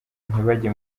ntibajye